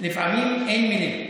לפעמים אין מילים.